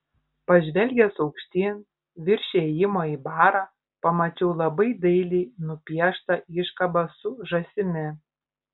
pažvelgęs aukštyn virš įėjimo į barą pamačiau labai dailiai nupieštą iškabą su žąsimi